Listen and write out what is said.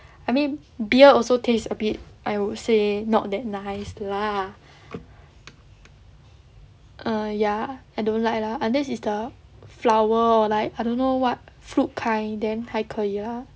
I mean beer also taste a bit I would say not that nice lah err ya I don't like lah unless is the flower or like I don't know what fruit kind then 还可以 lah